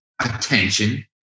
attention